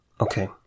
Okay